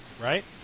right